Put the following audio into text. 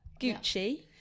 Gucci